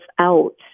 out